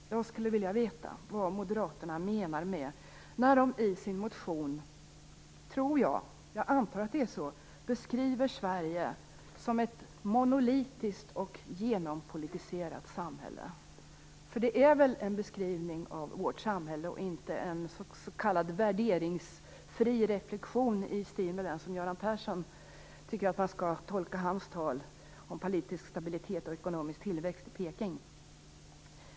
Jag skulle vilja veta vad Moderaterna menar, när de i sin motion - jag antar att det är så - beskriver Sverige som ett monolitiskt och genompolitiserat samhälle. Det är väl fråga om en beskrivning av vårt samhälle och inte en s.k. värderingsfri reflexion i stil med hur Göran Persson tycker att man skall tolka hans tal om politisk stabilitet och ekonomisk tillväxt i Peking?